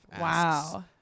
Wow